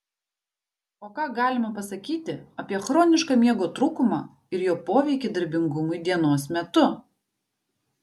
o ką galima pasakyti apie chronišką miego trūkumą ir jo poveikį darbingumui dienos metu